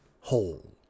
whole